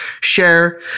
share